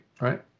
right